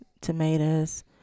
tomatoes